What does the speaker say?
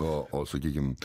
o o sakykim